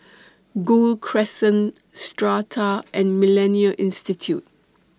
Gul Crescent Strata and Millennia Institute